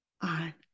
on